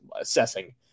assessing